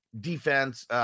defense